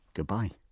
goodbye